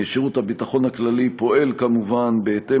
שירות הביטחון הכללי פועל כמובן בהתאם